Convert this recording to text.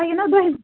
دٔہِم